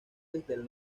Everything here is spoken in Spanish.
del